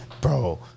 Bro